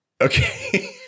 Okay